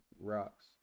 rocks